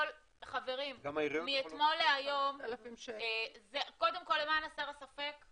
קודם כל, חברים, למען הסר ספק,